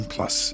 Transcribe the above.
Plus